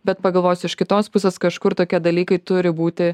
bet pagalvojus iš kitos pusės kažkur tokie dalykai turi būti